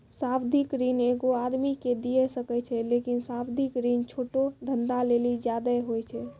सावधिक ऋण एगो आदमी के दिये सकै छै लेकिन सावधिक ऋण छोटो धंधा लेली ज्यादे होय छै